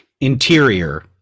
Interior